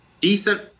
decent